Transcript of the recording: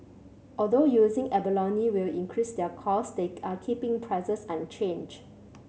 although using abalone will increase their cost they are keeping prices unchanged